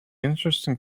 interesting